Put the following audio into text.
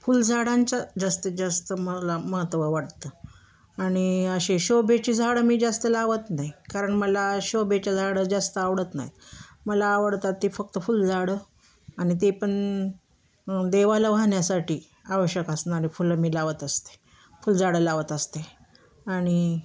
फुलझाडांच्या जास्तीत जास्त मला महत्त्व वाटतं आणि असे शोभेची झाडं मी जास्त लावत नाही कारण मला शोभेच झाडं जास्त आवडत नाही आहेत मला आवडतात ते फक्त फुलझाडं आणि ते पण देवाला वाहण्यासाठी आवश्यक असणं आणि फुलं मी लावत असते फुलझाडं लावत असते आणि